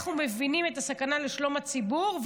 ואנחנו מבינים את הסכנה לשלום הציבור,